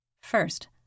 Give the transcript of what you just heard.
First